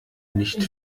nicht